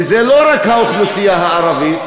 וזה לא רק האוכלוסייה הערבית,